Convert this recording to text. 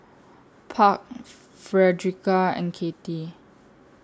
Park Frederica and Kattie